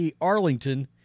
Arlington